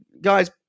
guys